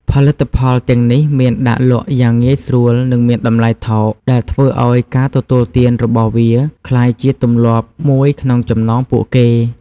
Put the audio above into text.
ផលិតផលទាំងនេះមានដាក់លក់យ៉ាងងាយស្រួលនិងមានតម្លៃថោក ដែលធ្វើឱ្យការទទួលទានរបស់វាក្លាយជាទម្លាប់មួយក្នុងចំណោមពួកគេ។